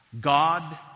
God